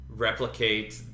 replicate